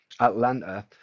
Atlanta